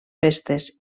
festes